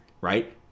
right